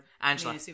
Angela